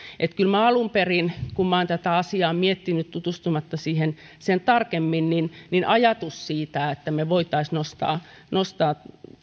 kyllä alun perin kun minä olen tätä asiaa miettinyt tutustumatta siihen sen tarkemmin ajatus siitä että me voisimme nostaa nostaa